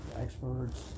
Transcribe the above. experts